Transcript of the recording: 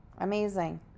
Amazing